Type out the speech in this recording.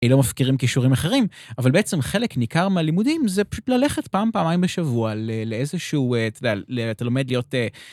היא לא מפקירים קישורים אחרים, אבל בעצם חלק ניכר מהלימודים זה פשוט ללכת פעם, פעמיים בשבוע ל.. לאיזשהו, אתה יודע... אתה לומד להיות...